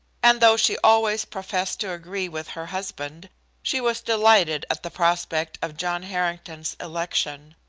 and though she always professed to agree with her husband she was delighted at the prospect of john harrington's election.